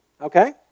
Okay